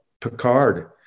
Picard